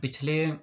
पिछले